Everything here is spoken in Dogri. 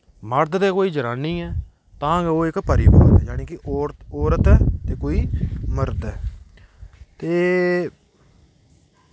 मर्द ते कोई जनानी ऐ तां गै ओह् इक परिवार ऐ जानि कि औरत औरत ऐ ते कोई मर्द ऐ ते